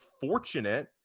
fortunate